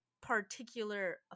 particular